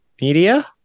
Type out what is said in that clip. media